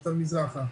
יותר מזרחה.